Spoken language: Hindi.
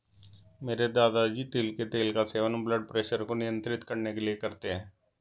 मेरे दादाजी तिल के तेल का सेवन ब्लड प्रेशर को नियंत्रित करने के लिए करते हैं